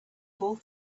fall